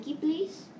please